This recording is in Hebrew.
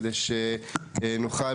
כדי שנוכל,